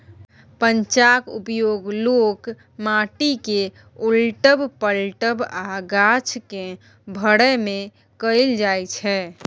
पंजाक उपयोग लोक माटि केँ उलटब, पलटब आ गाछ केँ भरय मे कयल जाइ छै